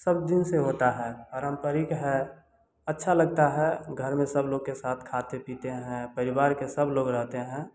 सब जिन से होता है पारंपरिक है अच्छा लगता है घर में सब लोग के साथ खाते पीते हैं परिवार के सब लोग रहते हैं